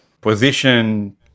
position